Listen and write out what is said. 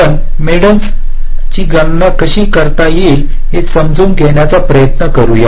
आपण मेडीन्स ची गणना कशी करीत येईल हे समजावून घेण्याचा प्रयत्न करूया